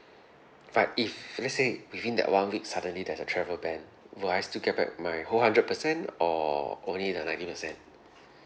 but if let's say within that one week suddenly there's a travel ban will I still get back my whole hundred percent or only the ninety percent